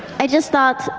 i just thought,